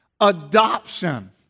adoption